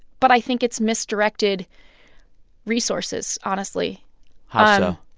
but i think it's misdirected resources, honestly how but